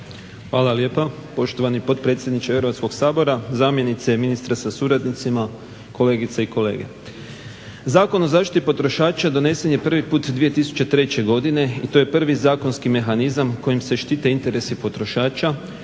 Hvala lijepa poštovani potpredsjedniče Hrvatskog sabora, zamjenice ministra sa suradnicima, kolegice i kolege. Zakon o zaštiti potrošača donesen je prvi put 2003. godine i to je prvi zakonski mehanizam kojim se štite interesi potrošača